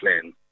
plan